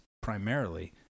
primarily